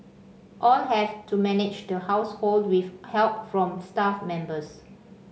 all have to manage the household with help from staff members